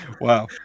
wow